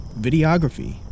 videography